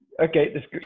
Okay